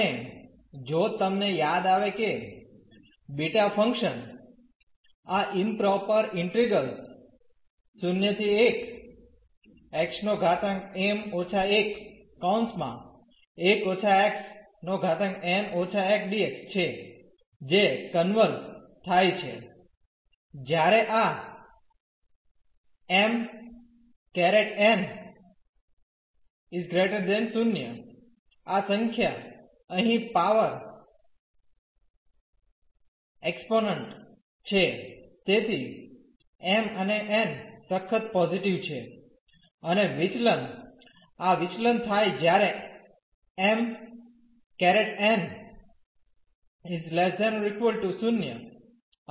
અને જો તમને યાદ આવે કે બીટા ફંક્શન આ ઇમપ્રોપર ઇન્ટિગ્રેલ્સ છે જે કન્વર્ઝ થાય છે જ્યારે આ m∧ n 0 આ સંખ્યા અહીં પાવર એક્સ્પોન્સન્ટ છે તેથી m અને n સખત પોઝીટીવ છે અને વિચલન આ વિચલન થાય જ્યારે m ∧ n ≤ 0 અને